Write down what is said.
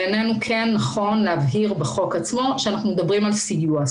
בעינינו כל נכון להבהיר בחוק עצמו שאנחנו מדברים על סיוע.